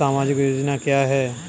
सामाजिक योजना क्या है?